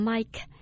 Mike